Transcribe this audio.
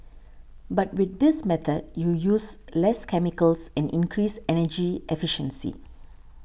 but with this method you use less chemicals and increase energy efficiency